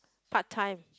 part time